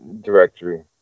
directory